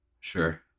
Sure